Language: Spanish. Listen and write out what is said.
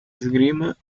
esgrima